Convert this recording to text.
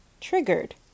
triggered